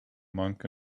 monk